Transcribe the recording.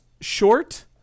short